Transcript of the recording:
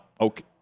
okay